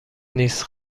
نیست